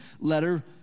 letter